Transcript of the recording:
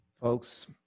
Folks